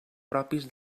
propis